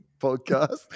podcast